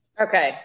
Okay